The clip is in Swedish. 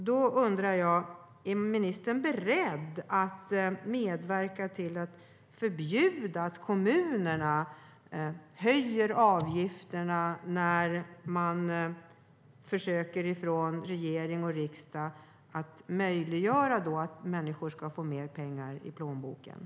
Då undrar jag: Är ministern beredd att medverka till att förbjuda att kommunerna höjer avgifterna när regering och riksdag försöker möjliggöra för människor att få mer pengar i plånboken?